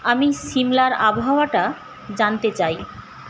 আমি সিমলার আবহাওয়াটা জানতে চাই